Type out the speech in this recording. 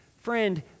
Friend